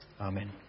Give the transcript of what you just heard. Amen